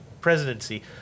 presidency